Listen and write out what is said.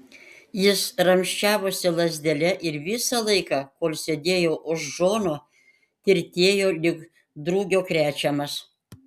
jis ramsčiavosi lazdele ir visą laiką kol sėdėjo už džono tirtėjo lyg drugio krečiamas